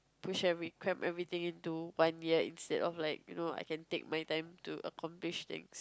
push and recramp everything into one year instead of like you know I can take my time to accomplish thing